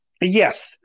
Yes